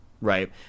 right